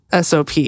SOP